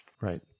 Right